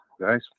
guys